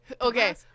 okay